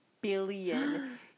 billion